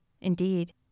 indeed